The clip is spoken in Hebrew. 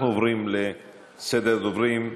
אנחנו עוברים לסדר הדוברים.